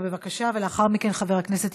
11622 ו-11636.